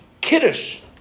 Kiddush